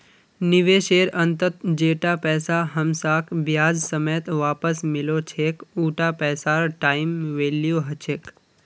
निवेशेर अंतत जैता पैसा हमसाक ब्याज समेत वापस मिलो छेक उता पैसार टाइम वैल्यू ह छेक